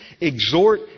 exhort